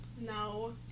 No